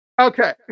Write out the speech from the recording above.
Okay